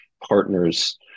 partners